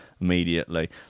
immediately